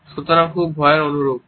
সুতরাং খুব ভয়ের অনুরূপ